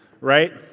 right